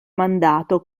mandato